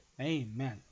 Amen